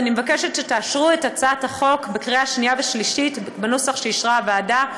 אני מבקשת שתאשרו אותה בקריאה שנייה ושלישית בנוסח שאישרה הוועדה.